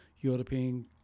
European